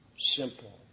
Simple